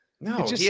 No